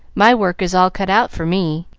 my work is all cut out for me,